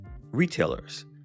retailers